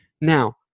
Now